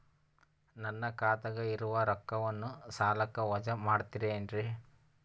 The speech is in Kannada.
ನನ್ನ ಖಾತಗ ಇರುವ ರೊಕ್ಕವನ್ನು ಸಾಲಕ್ಕ ವಜಾ ಮಾಡ್ತಿರೆನ್ರಿ?